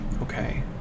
Okay